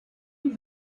you